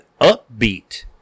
upbeat